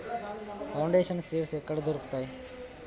Foundation seeds ఎక్కడ దొరుకుతాయి?